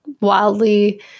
wildly